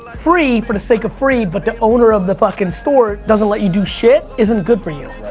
free for the sake of free, but the owner of the fucking store doesn't let you do shit, isn't good for you.